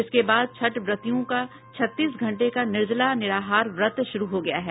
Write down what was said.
इसके बाद छठ व्रतियों का छत्तीस घंटे का निर्जला निराहार व्रत शुरू हो गया है